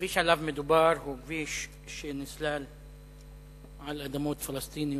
הכביש שעליו מדובר הוא כביש שנסלל בחלקו הגדול על אדמות פלסטיניות,